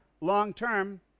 long-term